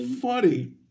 funny